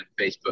Facebook